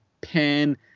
pen